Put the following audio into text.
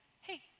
hey